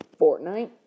Fortnite